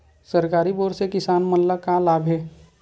सरकारी बोर से किसान मन ला का लाभ हे?